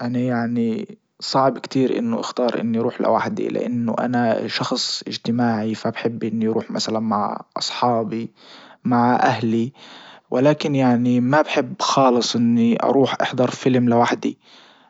انا يعني صعب كتير انه اختار اني اروح لوحدي لانه انا شخص اجتماعي فبحب انه روح مثلا مع اصحابي مع اهلي ولكن يعني ما بحب خالص اني اروح احضر فيلم لوحدي